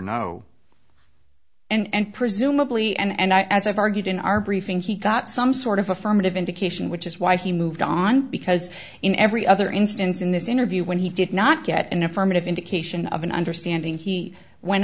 no and presumably and i as i've argued in our briefing he got some sort of affirmative indication which is why he moved on because in every other instance in this interview when he did not get an affirmative indication of an understanding he went